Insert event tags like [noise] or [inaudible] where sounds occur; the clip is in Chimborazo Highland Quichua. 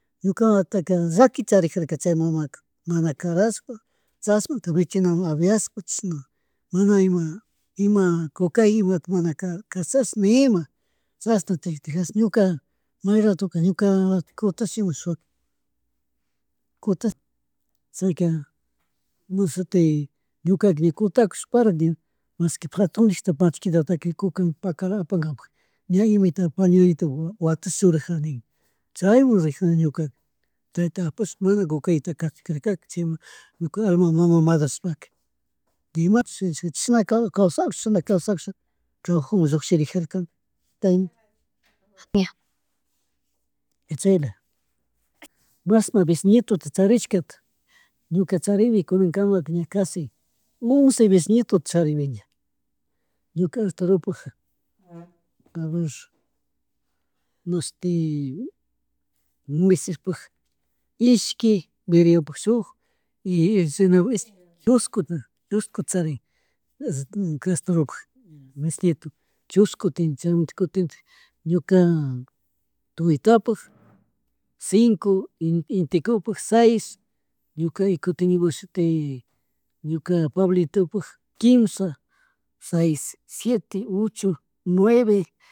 Ñukawawataka llakita charijarka chay mamaka mana karashpa chashnata michinamun abiashpa chishna mana ima, ima cukay imata mana kara kachash nima chashan [unintelligible] ñuka may ratuka ñukalatikkutahs imashpaka, kutash chayka imashuti ñukaka ña kutakushpala ña mashki patunnickata machikitata kukay pakalala apakgapak ña imitak panuelito watash churajani chaymuh rijani ñukaka chayta apash mana kukayuta karkaka chayma ñuk alma mama madrastaka makashpaka ima chishnala chishana kawsakushkush, kawshakusha trabajumun lluckshirikarka chay. [hesitation] ña chayla. Mashna bisnietota charishkata ñuka charini kunakanamaka ña kashi once bisnietota charini ña, ñuka Arturupukja [noise] a ver, mashti [hesitation] Mercedeshpa ishki, [unintelligible] shuk y Ernestinapush ishki, chushkuta charin, [hesitation] ñuka Arturupukka bisnieto chushkuta tiyan chaymunta kutintik, [hesitation] ñuka Toitapuk, cinco y Intikupak seis, ñuka kutin imashutik ñuka Pablitupuk quinsha, seis, siete, ocho, nueve. [hesitation]